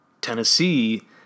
tennessee